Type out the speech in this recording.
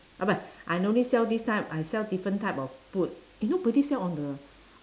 I no need sell this time I sell different type of food eh nobody sell on the